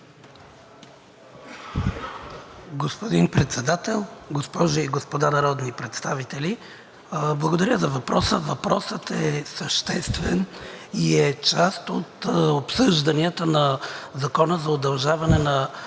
Господин Председател, госпожи и господа народни представители! Благодаря за въпроса. Въпросът е съществен и е част от обсъжданията за удължаване на